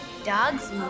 Dogs